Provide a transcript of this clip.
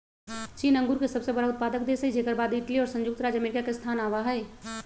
चीन अंगूर के सबसे बड़ा उत्पादक देश हई जेकर बाद इटली और संयुक्त राज्य अमेरिका के स्थान आवा हई